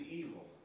evil